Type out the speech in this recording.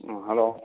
ꯑꯥ hello